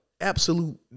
absolute